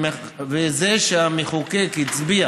וזה שהמחוקק הצביע